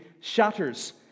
shatters